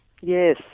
Yes